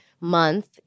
month